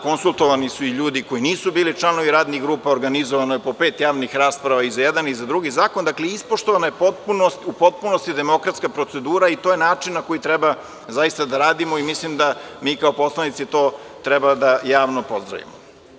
Konsultovani su i ljudi koji nisu bili članovi radnih grupa, organizovano je po pet javnih rasprava i za jedan i za drugi zakon, dakle, ispoštovana je u potpunosti demokratska procedura i to je način na koji treba zaista da radimo i mislim da mi kao poslanici treba da javno pozdravimo.